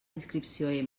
inscripció